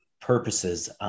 purposes